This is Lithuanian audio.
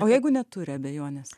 o jeigu neturi abejonės